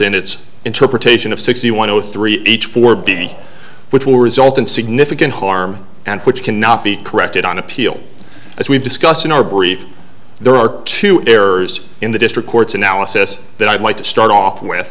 in its interpretation of sixty one or three each for b which will result in significant harm and which cannot be corrected on appeal as we've discussed in our brief there are two errors in the district court's analysis that i'd like to start off with